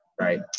right